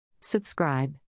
Subscribe